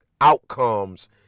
outcomes